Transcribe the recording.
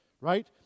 Right